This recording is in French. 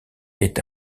est